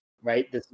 right